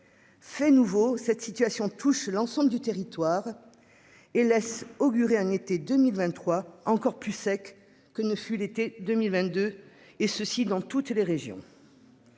Fait nouveau, cette situation touche l'ensemble du territoire. Et laisse augurer un été 2023 encore plus sec que ne fut l'été 2022 et ceci dans toutes les régions.